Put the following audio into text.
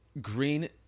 green